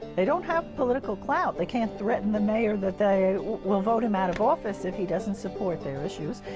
they don't have political clout, they can't threaten the mayor that they will vote him out of office if he doesn't support their issues.